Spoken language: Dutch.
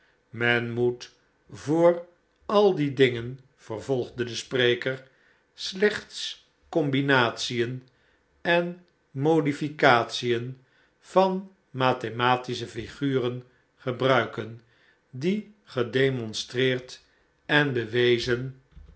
men moet voor al die dingen vervolgde de spreker slechts combinatien en modificatien van mathematische flguren gebruiken die gedemonstreerd en bewezen